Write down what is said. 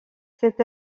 cet